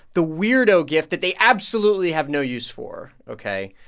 the weirdo gift that they absolutely have no use for ok?